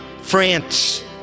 france